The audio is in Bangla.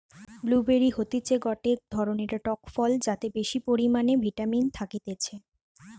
ব্লু বেরি হতিছে গটে ধরণের টক ফল যাতে বেশি পরিমানে ভিটামিন থাকতিছে